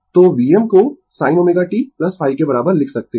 तो Vm को sin ω t के बराबर लिख सकते है